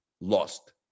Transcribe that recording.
Lost